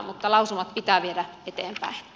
mutta lausumat pitää viedä eteenpäin